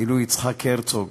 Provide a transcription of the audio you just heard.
אילו יצחק הרצוג